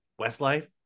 Westlife